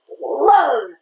Love